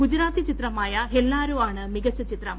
ഗുജറാത്തി ചിത്രമായ ഹെല്ലാൽ ആണ് മികച്ച ചിത്രം